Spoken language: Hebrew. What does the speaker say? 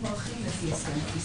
אם הולכים להסכם לפי